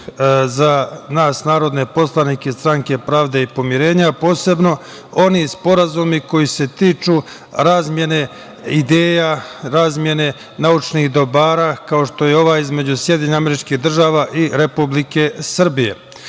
za nas narodne poslanike Stranke pravde i pomirenja, a posebno oni sporazumi koji se tiču razmene ideja, razmene naučnih dobara, kao što je ova između SAD i Republike Srbije.